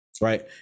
right